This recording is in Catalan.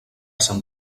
sant